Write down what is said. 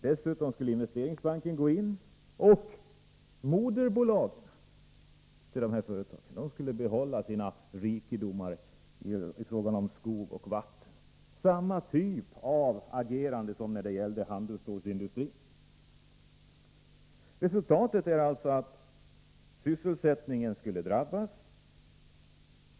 Dessutom skulle Investeringsbanken gå in. Moderbolagen till dessa företag skulle behålla sina rikedomar i fråga om skog och vatten. Det var samma typ av agerande som när det gällde handelsstålsindustrin. Resultatet skulle alltså bli att sysselsättningen skulle drabbas.